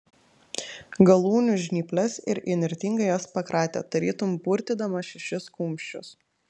galūnių žnyples ir įnirtingai jas pakratė tarytum purtydamas šešis kumščius